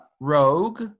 Rogue